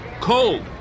cold